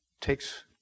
takes